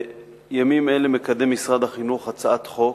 בימים אלה מקדם משרד החינוך הצעת חוק.